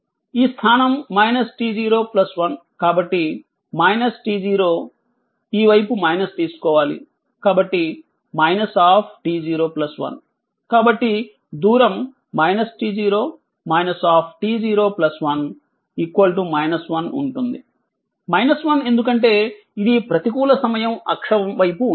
ఈ స్థానం t0 1 కాబట్టి t0 ఈ వైపు తీసుకోవాలి కాబట్టి t0 1 కాబట్టి దూరం t0 t0 1 1 ఉంటుంది 1 ఎందుకంటే ఇది ప్రతికూల సమయ అక్షం వైపు ఉంది